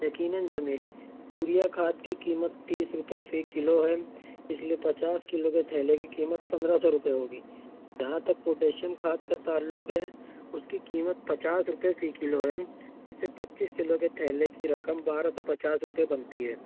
یقیناً جمیل یوریا کھاد کی قیمت تیس روپے فی کلو ہے اس لیے پچاس کلو تھیلے کی قیمت پندرہ سو روپے ہوگی جہاں تک پوٹیشیم کھاد کا تعلق ہے اس کی قیمت پچاس روپے فی کلو ہے اس کے پچیس کلو تھیلے کی رقم بارہ سو پچاس روپے بنتی ہے